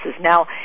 Now